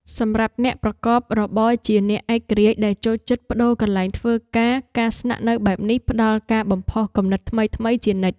សម្រាប់អ្នកប្រកបរបរជាអ្នកឯករាជ្យដែលចូលចិត្តប្ដូរកន្លែងធ្វើការការស្នាក់នៅបែបនេះផ្ដល់ការបំផុសគំនិតថ្មីៗជានិច្ច។